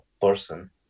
person